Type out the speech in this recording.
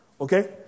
Okay